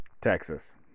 Texas